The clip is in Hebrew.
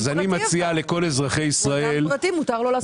מותר לו.